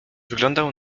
wyglądał